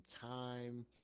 time